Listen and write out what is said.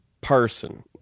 person